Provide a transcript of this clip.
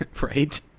Right